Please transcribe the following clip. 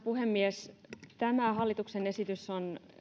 puhemies tämä hallituksen esitys on